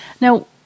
Now